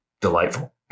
delightful